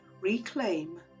reclaim